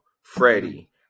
freddie